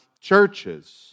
churches